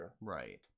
Right